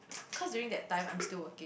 cause during that time I'm still working